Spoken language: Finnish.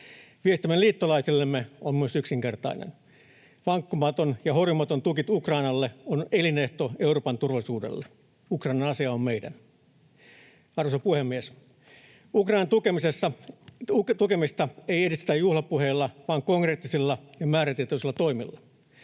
Viestimme liittolaisillemme on myös yksinkertainen: Vankkumaton ja horjumaton tuki Ukrainalle on elinehto Euroopan turvallisuudelle. Ukrainan asia on meidän. Arvoisa puhemies! Ukrainan tukemista ei edistetä juhlapuheilla vaan konkreettisilla ja määrätietoisilla toimilla.